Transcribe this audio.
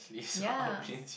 ya